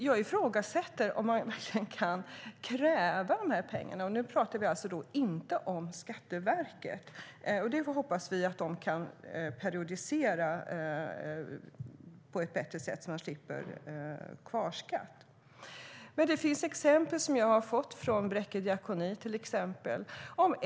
Jag ifrågasätter om man verkligen kan kräva dessa pengar, och nu pratar vi alltså inte om Skatteverket. Jag hoppas att man där kan periodisera på ett bättre sätt, så att det inte blir kvarskatt på de pengar som har utbetalats. Jag har fått olika exempel från Bräcke Diakoni.